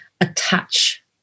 attach